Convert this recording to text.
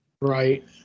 Right